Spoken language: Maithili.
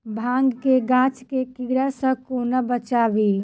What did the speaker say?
भांग केँ गाछ केँ कीड़ा सऽ कोना बचाबी?